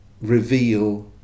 reveal